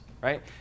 right